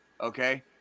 okay